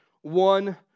one